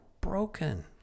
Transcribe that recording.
broken